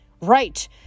Right